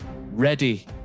Ready